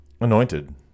Anointed